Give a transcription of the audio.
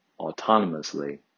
autonomously